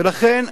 ולכן,